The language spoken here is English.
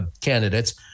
candidates